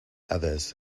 others